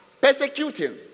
persecuting